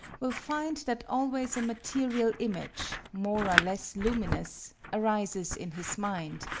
will find that always a material image, more or less luminous, arises in his mind,